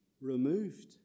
removed